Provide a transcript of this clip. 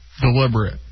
deliberate